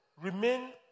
remain